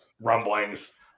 rumblings